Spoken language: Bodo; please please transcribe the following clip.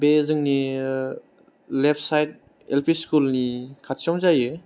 बे जोंनि लेप्ट साइड एल पी स्कुलनि खाथियावनो जायो